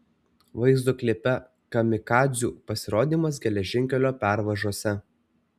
vaizdo klipe kamikadzių pasirodymas geležinkelio pervažose